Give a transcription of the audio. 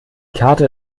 karte